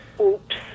oops